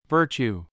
Virtue